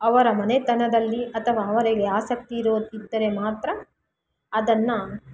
ಅವರ ಮನೆತನದಲ್ಲಿ ಅಥವಾ ಅವರಿಗೆ ಆಸಕ್ತಿ ಇರು ಇದ್ದರೆ ಮಾತ್ರ ಅದನ್ನು